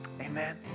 Amen